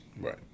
right